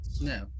No